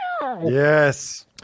Yes